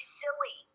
silly